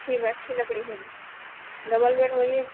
अच्छी अच्छी लकड़ी होएगी डबल बेड वही है